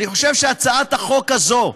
אני חושב שהצעת החוק הזאת,